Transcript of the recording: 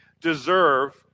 deserve